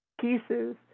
pieces